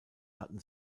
hatten